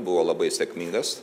buvo labai sėkmingas